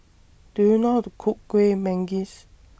Do YOU know How to Cook Kueh Manggis